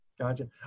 Gotcha